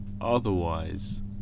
otherwise